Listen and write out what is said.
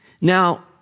Now